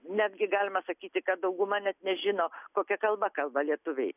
netgi galima sakyti kad dauguma net nežino kokia kalba kalba lietuviai